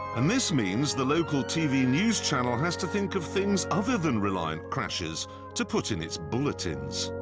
and this means the local tv news channel has to think of things other than reliant crashes to put in its bulletins.